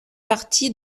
partie